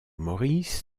maurice